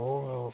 हो राव